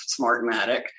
Smartmatic